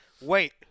wait